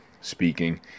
speaking